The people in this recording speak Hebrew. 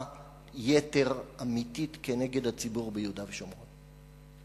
יתר אמיתית כנגד הציבור ביהודה ושומרון.